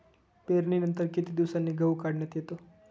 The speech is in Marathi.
पेरणीनंतर किती दिवसांनी गहू काढण्यात येतो?